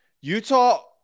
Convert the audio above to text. Utah